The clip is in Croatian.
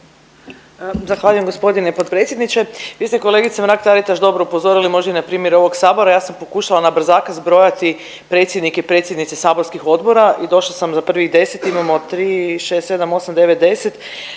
Zahvaljujem g. potpredsjedniče. Vi ste kolegice Mrak-Taritaš dobro upozorili možda i na primjeru ovog Sabora, ja sam pokušala na brzaka izbrojiti predsjednike i predsjednice saborskih odbora i došla sam do prvih deset, imamo 3,6,7,8,9,10,